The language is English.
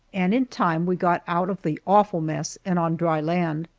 and in time we got out of the awful mess and on dry land.